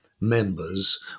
members